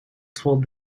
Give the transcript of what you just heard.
told